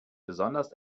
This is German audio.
besonders